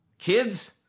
Kids